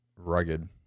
rugged